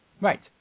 Right